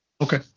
Okay